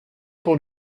pour